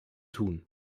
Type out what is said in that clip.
tun